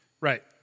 Right